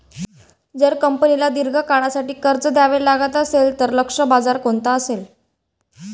जर कंपनीला दीर्घ काळासाठी कर्ज घ्यावे लागत असेल, तर लक्ष्य बाजार कोणता असेल?